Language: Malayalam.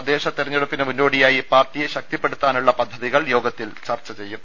തദ്ദേശ തെരഞ്ഞെടുപ്പിന് മുന്നോടിയായി പാർട്ടിയെ ശക്തിപ്പെടുത്താനുള്ള പദ്ധതികൾ യോഗത്തിൽ ചർച്ച ചെയ്യും